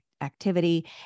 activity